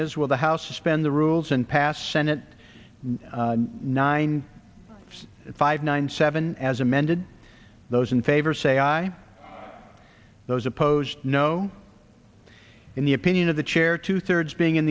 will the house suspend the rules and pass senate nine five nine seven as amended those in favor say aye those opposed no in the opinion of the chair two thirds being in